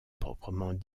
proprement